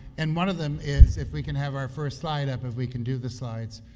and one of them is if we can have our first slide up. if we can do the slides,